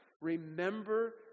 Remember